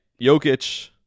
Jokic